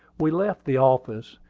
we left the office,